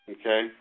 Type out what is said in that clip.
okay